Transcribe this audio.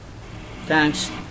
thanks